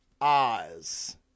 Oz